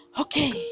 okay